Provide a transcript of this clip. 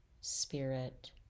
spirit